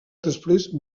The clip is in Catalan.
després